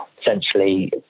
essentially